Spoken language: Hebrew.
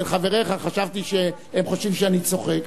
חשבתי שהם חושבים שאני צוחק,